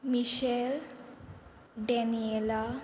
Mitchell Daniela